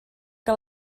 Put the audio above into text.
que